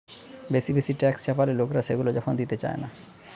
বেশি বেশি ট্যাক্স চাপালে লোকরা সেগুলা যখন দিতে চায়না